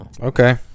Okay